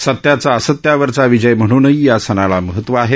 सत्याचा असत्यावरचा विजय म्हणूनही या सणाला महत्त्वं आहे